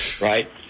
Right